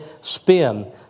spin